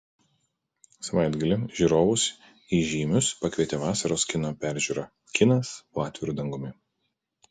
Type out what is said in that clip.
savaitgalį žiūrovus į žeimius pakvietė vasaros kino peržiūra kinas po atviru dangumi